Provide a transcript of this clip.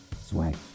Swag